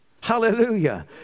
Hallelujah